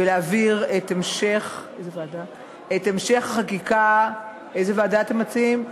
ולהעביר את המשך החקיקה, איזה ועדה אתם מציעים?